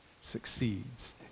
succeeds